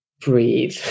breathe